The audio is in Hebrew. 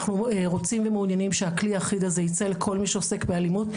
אנחנו רוצים ומעוניינים שהכלי האחיד הזה ייצא לכל מי שעוסק באלימות.